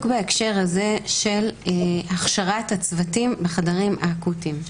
בהקשר הזה של הכשרת הצוותים בחדרים האקוטיים.